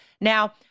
Now